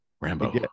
rambo